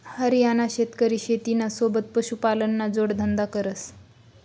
हरियाणाना शेतकरी शेतीना सोबत पशुपालनना जोडधंदा करस